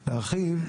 להרחיב,